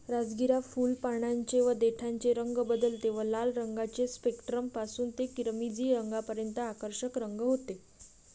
राजगिरा फुल, पानांचे व देठाचे रंग बदलते व लाल रंगाचे स्पेक्ट्रम पासून ते किरमिजी रंगापर्यंत आकर्षक रंग होते